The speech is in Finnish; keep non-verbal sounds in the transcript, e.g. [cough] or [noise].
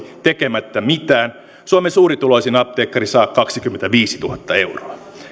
[unintelligible] tekemättä mitään suomen suurituloisin apteekkari saa kaksikymmentäviisituhatta euroa